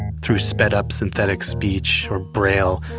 through sped up synthetic speech or braille,